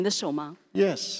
Yes